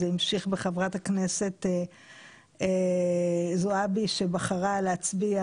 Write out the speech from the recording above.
וזה המשיך בחברת הכנסת זועבי שבחרה להצביע